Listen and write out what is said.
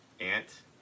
ant